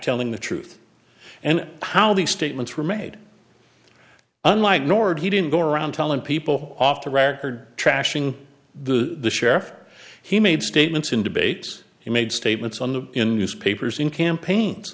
telling the truth and how these statements were made unlike norah he didn't go around telling people off the record trashing the sheriff he made statements in debates he made statements on the in newspapers in campaigns